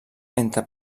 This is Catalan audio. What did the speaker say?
entre